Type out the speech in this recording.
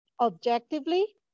objectively